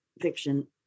fiction